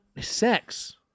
Sex